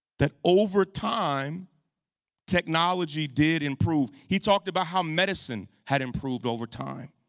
that over time technology did improve. he talked about how medicine had improved over time,